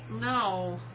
no